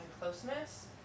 closeness